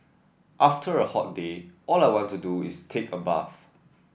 after a hot day all I want to do is take a bath